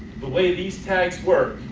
the way these tags work,